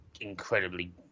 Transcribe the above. incredibly